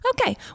Okay